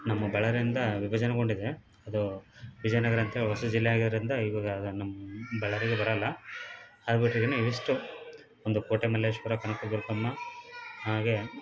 ನಮ್ಮ ಬಳ್ಳಾರಿಯಿಂದ ವಿಭಜನೆಗೊಂಡಿದೆ ಅದು ವಿಜಯನಗರ ಅಂತ ಹೊಸ ಜಿಲ್ಲೆ ಆಗಿರೋಯಿಂದ ಇವಾಗದನ್ನ ಬಳ್ಳಾರಿಗೆ ಬರೋಲ್ಲ ಅದು ಬಿಟ್ಟು ಏನು ಇಷ್ಟು ಒಂದು ಕೋಟೆ ಮಲ್ಲೇಶ ಪುರ ಕನಕ ದುರ್ಗಮ್ಮ ಹಾಗೆ